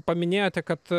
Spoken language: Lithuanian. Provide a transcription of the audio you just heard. paminėjote kad